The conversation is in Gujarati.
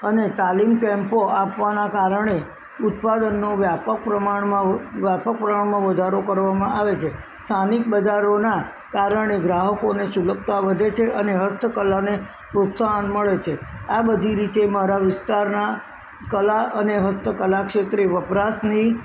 અને તાલીમ કેમ્પો આપવાના કારણે ઉત્પાદનનો વ્યાપક પ્રમાણમાં વ્યાપક પ્રમાણમાં વધારો કરવામાં આવે છે સ્થાનિક બજારોનાં કારણે ગ્રાહકોને સુલભતા વધે છે અને હસ્તકળાને પ્રોત્સાહન મળે છે આ બધી રીતે મારા વિસ્તારના કળા અને હસ્તકળા ક્ષેત્રે વપરાશની